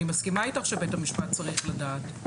אני מסכימה איתך שבית המשפט צריך לדעת.